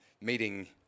meeting